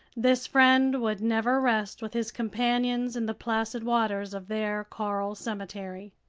this friend would never rest with his companions in the placid waters of their coral cemetery!